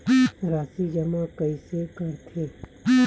राशि जमा कइसे करथे?